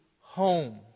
home